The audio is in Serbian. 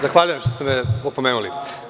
Zahvaljujem što ste me opomenuli.